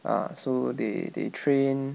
ah so they they train